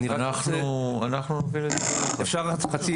אפשר חצי